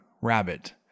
Rabbit